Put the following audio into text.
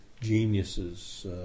geniuses